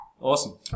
Awesome